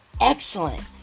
excellent